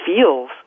feels